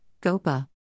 GOPA